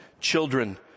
children